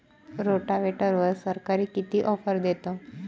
रोटावेटरवर सरकार किती ऑफर देतं?